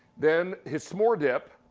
then his s'more dip.